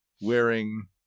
wearing